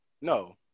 No